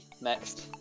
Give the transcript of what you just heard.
next